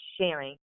sharing